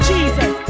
Jesus